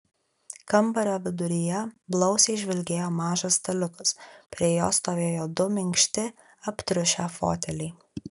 kambario viduryje blausiai žvilgėjo mažas staliukas prie jo stovėjo du minkšti aptriušę foteliai